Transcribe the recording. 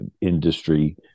industry